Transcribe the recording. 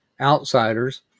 outsiders